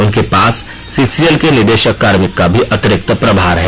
उनके पास सीसीएल के निदेशक कार्मिक का भी अतिरिक्त प्रभार है